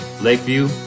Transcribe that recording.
Lakeview